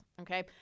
okay